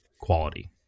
quality